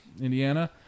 Indiana